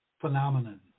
phenomenon